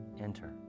Enter